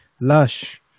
Lush